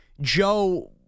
Joe